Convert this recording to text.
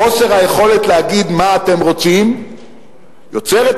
חוסר היכולת להגיד מה אתם רוצים יוצר את